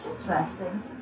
interesting